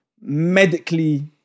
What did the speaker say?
medically